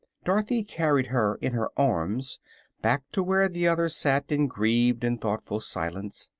dorothy carried her in her arms back to where the others sat in grieved and thoughtful silence.